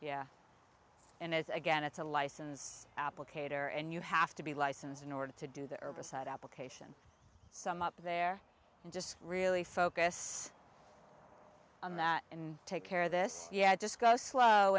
yeah and it's again it's a licens applicator and you have to be licensed in order to do the herbicide application so i'm up there and just really focus on that and take care of this yeah just go slow